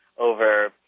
Over